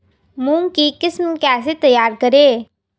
मूंग की किस्म कैसे तैयार करें?